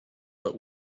but